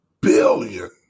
billion